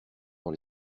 dans